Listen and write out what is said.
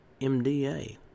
MDA